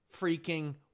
freaking